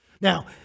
Now